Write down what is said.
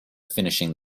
finishing